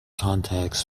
contracts